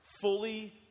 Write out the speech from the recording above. fully